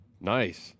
Nice